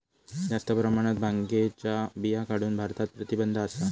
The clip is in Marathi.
जास्त प्रमाणात भांगेच्या बिया काढूक भारतात प्रतिबंध असा